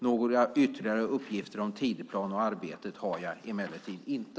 Några ytterligare uppgifter om tidsplanen för arbetet har jag emellertid inte.